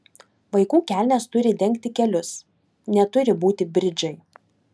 vaikų kelnės turi dengti kelius neturi būti bridžai